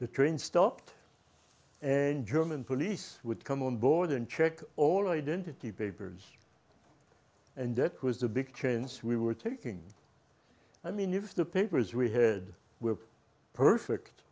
the train stopped and german police would come on board and check all identity papers and that was the big chains we were taking i mean if the papers we had were perfect